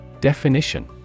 Definition